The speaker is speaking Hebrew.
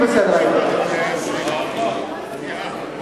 בתי-דין רבניים (נישואין וגירושין) (תיקון,